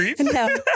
No